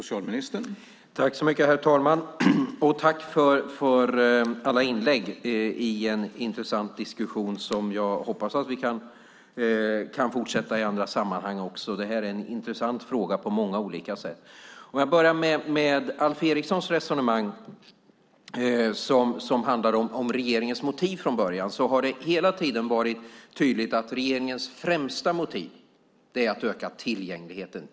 Herr talman! Tack för alla inlägg i en intressant diskussion, som jag hoppas att vi kan fortsätta i andra sammanhang också. Det här är en intressant fråga på många olika sätt. Jag börjar med Alf Erikssons resonemang, som handlar om regeringens motiv från början. Det har hela tiden varit tydligt att regeringens främsta motiv är att öka tillgängligheten.